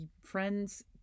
friends